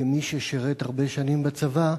כמי ששירת הרבה שנים בצבא,